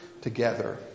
together